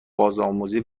بازآموزی